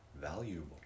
valuable